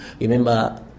Remember